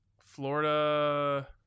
Florida